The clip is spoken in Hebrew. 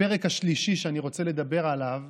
הפרק השלישי שאני רוצה לדבר עליו